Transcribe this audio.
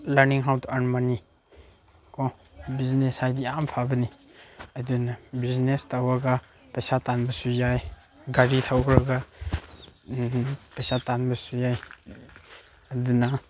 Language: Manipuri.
learning how to earn money ꯀꯣ ꯕꯤꯖꯤꯅꯦꯁ ꯍꯥꯏꯗꯤ ꯌꯥꯝ ꯐꯕꯅꯤ ꯑꯗꯨꯅ ꯕꯤꯖꯤꯅꯦꯁ ꯇꯧꯔꯒ ꯄꯩꯁꯥ ꯇꯥꯟꯕꯁꯨ ꯌꯥꯏ ꯒꯥꯔꯤ ꯊꯧꯔꯒ ꯄꯩꯁꯥ ꯇꯥꯟꯕꯁꯨ ꯌꯥꯏ ꯑꯗꯨꯅ